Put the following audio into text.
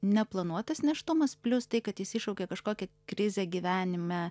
neplanuotas nėštumas plius tai kad jis iššaukė kažkokią krizę gyvenime